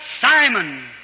Simon